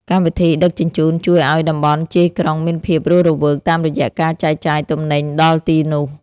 កម្មវិធីដឹកជញ្ជូនជួយឱ្យតំបន់ជាយក្រុងមានភាពរស់រវើក តាមរយៈការចែកចាយទំនិញដល់ទីនោះ។